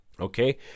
Okay